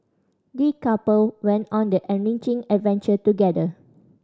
the couple went on an enriching adventure together